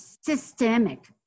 systemic